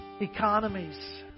economies